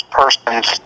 persons